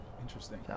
Interesting